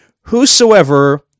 whosoever